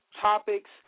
topics